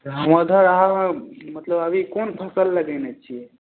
हम ऊधर आउ मतलब अभी कोन फसल लगेने छियै